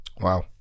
Wow